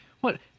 What